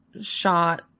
shot